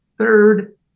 Third